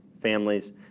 families